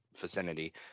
vicinity